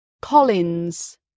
Collins